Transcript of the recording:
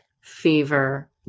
fever